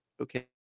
Okay